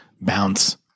bounce